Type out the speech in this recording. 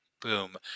boom